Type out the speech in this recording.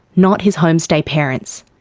not his homestay parents.